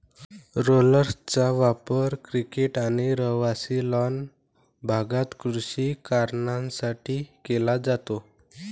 रोलर्सचा वापर क्रिकेट आणि रहिवासी लॉन भागात कृषी कारणांसाठी केला जातो